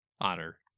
Honor